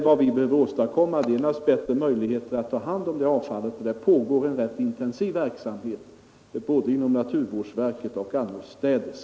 Vad vi behöver åstadkomma är naturligtvis bättre möjligheter att ta hand om detta avfall, och i det avseendet pågår en rätt intensiv verksamhet både inom naturvårdsverket och annorstädes.